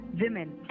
women